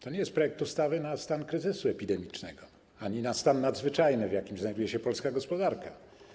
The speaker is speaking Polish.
To nie jest projekt ustawy na stan kryzysu epidemicznego ani na stan nadzwyczajny, w jakim znajduje się polska gospodarka.